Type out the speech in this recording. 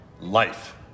life